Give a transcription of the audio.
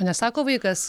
nesako vaikas